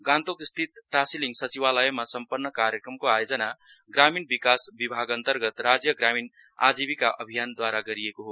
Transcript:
गान्तोक स्थित टाशीलिङ सचिवालयमा सम्पन्न कार्यक्रमको आयोजना ग्रामीण विकास विभागअन्तर्गत राज्य ग्रामीण आजिविका अभियानद्वारा गरिएको हो